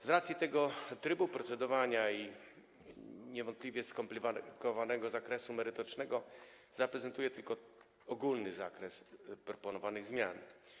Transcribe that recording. Z racji tego trybu procedowania i niewątpliwie skomplikowanego zakresu merytorycznego zaprezentuję tylko ogólny zakres proponowanych zmian.